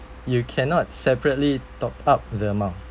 you cannot separately top up the amount